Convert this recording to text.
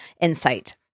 insight